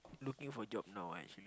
looking for job now actually